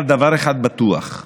אבל דבר אחד בטוח,